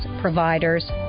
providers